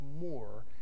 more